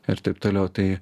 ir taip toliau tai